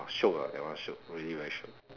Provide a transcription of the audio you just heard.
shiok ah that one shiok really very shiok